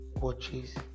watches